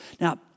Now